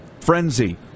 frenzy